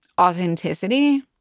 authenticity